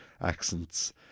accents